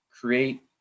create